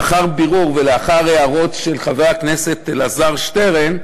לאחר בירור ולאחר הערות של חבר הכנסת אלעזר שטרן,